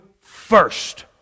first